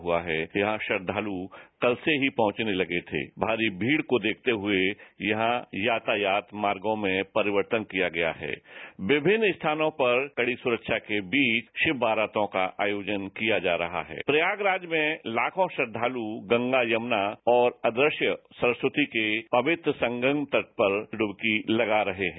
हुआ है यहां श्रद्वालु कत से ही पहुंचने तगे थे मारी मीड़ को रेखते हुए यहां यातायाात मार्गों में परिवर्त किया गया है विभिन्न स्थानों पर सुखा के बीच शिव बारात औं का आयोजन किया जा रहा है प्रयागराज में लाखों श्रद्धाल गंगा यमना और अदृश्य सरस्वक्ती के संगम तट पर पवित्र डुबकी लगा रहे है